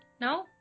No